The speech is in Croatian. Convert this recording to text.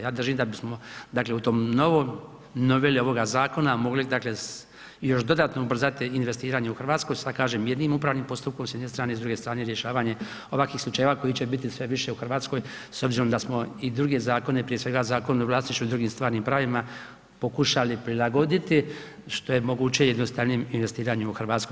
Ja držim da bismo smo, dakle u tom novom, noveli ovoga zakona mogli dakle još dodatno ubrzati investiranje u Hrvatsku sa kažem jednim upravnim postupkom s jedne strane i s druge strane rješavanje ovakvih slučajeva koji će biti sve više u Hrvatskoj s obzirom da smo i druge zakone, prije svega Zakon o vlasništvu i drugim stvarnim pravima pokušali prilagoditi što je moguće jednostavnijem investiranju u Hrvatskoj.